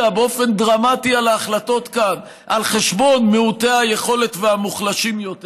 באופן דרמטי על ההחלטות כאן על חשבון מעוטי היכולת והמוחלשים יותר